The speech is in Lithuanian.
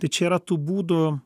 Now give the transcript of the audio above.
tai čia yra tų būdų